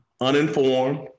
uninformed